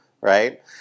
right